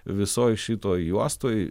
visoj šitoj juostoj